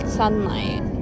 sunlight